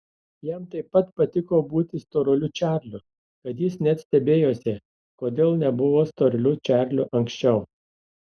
jam taip patiko būti storuliu čarliu kad jis net stebėjosi kodėl nebuvo storuliu čarliu anksčiau